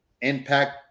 Impact